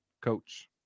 coach